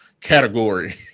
category